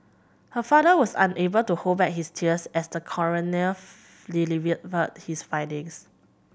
her father was unable to hold back his tears as the coroner delivered but his findings